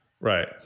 Right